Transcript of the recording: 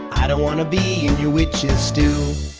i don't want to be in your witch's stew.